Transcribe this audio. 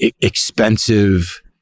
expensive